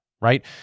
right